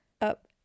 up